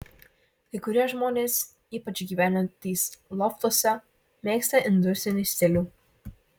kai kurie žmonės ypač gyvenantys loftuose mėgsta industrinį stilių